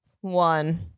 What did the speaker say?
one